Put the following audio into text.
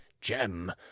gem